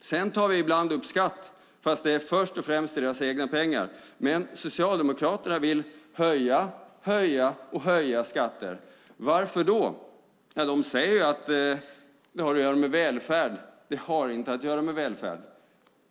Sedan tar vi ibland upp skatt, fast det är först och främst deras egna pengar. Men Socialdemokraterna vill höja, höja och höja skatter. Varför? Jo, de säger att det har att göra med välfärden. Det har inte att göra med välfärden.